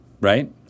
right